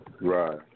Right